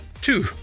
two